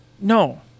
No